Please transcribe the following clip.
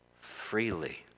freely